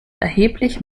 erheblich